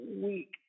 week